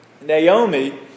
Naomi